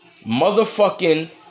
motherfucking